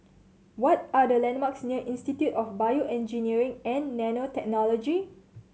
what are the landmarks near Institute of BioEngineering and Nanotechnology